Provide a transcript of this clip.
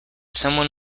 someone